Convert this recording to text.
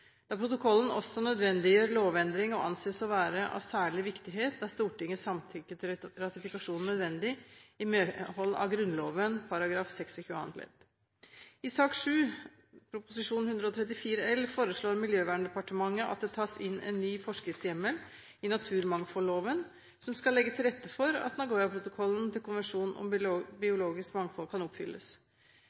Da protokollen også nødvendiggjør lovendring og anses å være av særlig viktighet, er Stortingets samtykke til ratifikasjon nødvendig i medhold av Grunnloven § 26 annet ledd. I sak nr. 7, Prop. 134 L for 2012–2013, foreslår Miljøverndepartementet at det tas inn en ny forskriftshjemmel i naturmangfoldloven, som skal legge til rette for at Nagoya-protokollen til konvensjonen om biologisk mangfold kan oppfylles.